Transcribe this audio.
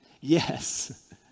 Yes